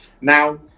Now